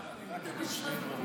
אבל השרה פרקש, אני רק אגיד שני דברים.